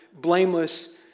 blameless